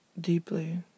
Deeply